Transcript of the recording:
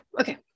okay